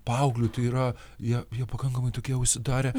paaugliui tai yra jie jie pakankamai tokie užsidarę